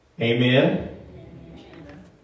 Amen